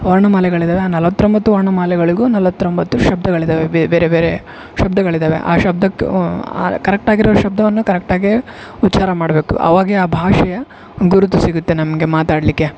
ವರ್ಣಮಾಲೆಗಳಿದ್ದಾವೆ ಆ ನಲವತ್ತೊಂಬತ್ತು ವರ್ಣಮಾಲೆಗಳಿಗು ನಲವತ್ರೊಂಬತ್ತು ಶಬ್ಧಗಳಿದ್ದಾವೆ ಬೇರೆ ಬೇರೆ ಶಬ್ಧಗಳಿದ್ದಾವೆ ಆ ಶಬ್ಧಕ್ಕೆ ಆ ಕರೆಕ್ಟಾಗಿರೋ ಶಬ್ಧವನ್ನು ಕರೆಕ್ಟಾಗೆ ಉಚ್ಛಾರ ಮಾಡಬೇಕು ಅವಾಗೆ ಆ ಭಾಷೆಯ ಗುರುತು ಸಿಗತ್ತೆ ನಮಗೆ ಮಾತಾಡಲಿಕ್ಕೆ